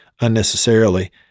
unnecessarily